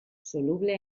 soluble